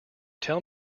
tell